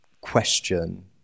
question